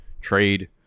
Trade